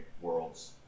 World's